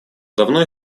давно